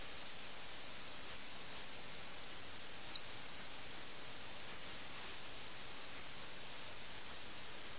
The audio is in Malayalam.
അതിനാൽ ദാസനിൽ നിന്നുള്ള സമൻസ് അവരെ ഒരു പ്രത്യേക രീതിയിൽ പ്രതികരിക്കാൻ പ്രേരിപ്പിക്കുന്നു